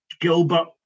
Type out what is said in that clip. Gilbert